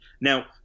now